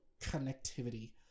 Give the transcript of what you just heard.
connectivity